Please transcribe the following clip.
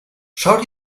schau